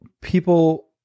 people